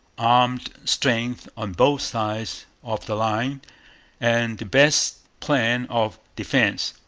armed strength on both sides of the line and the best plan of defence,